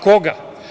Koga?